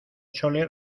chole